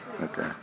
okay